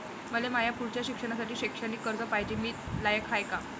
मले माया पुढच्या शिक्षणासाठी शैक्षणिक कर्ज पायजे, मी लायक हाय का?